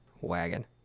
wagon